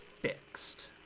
fixed